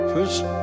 First